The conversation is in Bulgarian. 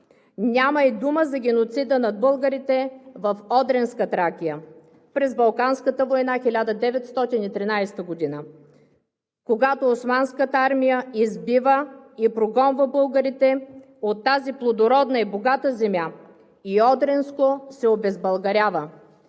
Няма и дума за геноцида над българите в Одринска Тракия през Балканската война 1913 г., когато османската армия избива и прогонва българите от тази плодородна и богата земя и Одринско се обезбългарява.